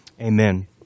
Amen